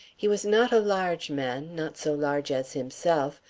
he was not a large man, not so large as himself,